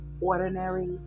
ordinary